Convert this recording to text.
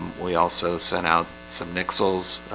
we also sent out some nixels